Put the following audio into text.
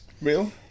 Real